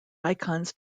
icons